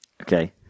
Okay